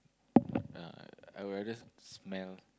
yeah I would rather smell